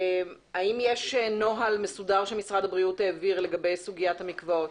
האם יש נוהל מסודר שמשרד הבריאות העביר לגבי סוגיית המקוואות?